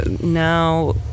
now